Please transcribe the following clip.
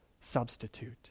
substitute